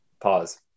pause